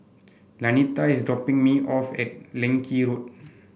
Lanita is dropping me off at Leng Kee Road